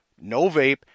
no-vape